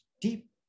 deep